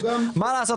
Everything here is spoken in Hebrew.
מה לעשות?